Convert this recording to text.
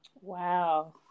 Wow